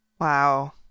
Wow